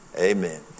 Amen